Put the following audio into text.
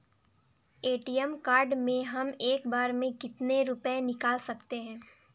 ATM card से हम एक बार में कितने रुपये निकाल सकते हैं?